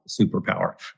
superpower